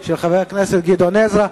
של חבר הכנסת גדעון עזרא.